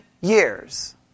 years